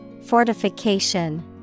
Fortification